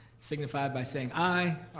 signify by saying i.